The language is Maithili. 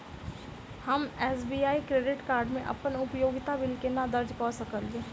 हम एस.बी.आई क्रेडिट कार्ड मे अप्पन उपयोगिता बिल केना दर्ज करऽ सकलिये?